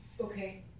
okay